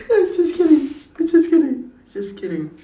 just kidding I'm just kidding just kidding